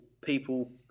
people